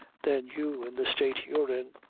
than you in the state you're in.